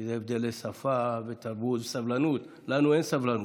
כי זה הבדלי שפה, תרבות וסבלנות, לנו אין סבלנות,